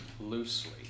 loosely